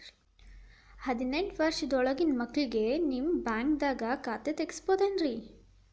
ಹದಿನೆಂಟು ವರ್ಷದ ಒಳಗಿನ ಮಕ್ಳಿಗೆ ನಿಮ್ಮ ಬ್ಯಾಂಕ್ದಾಗ ಖಾತೆ ತೆಗಿಬಹುದೆನ್ರಿ?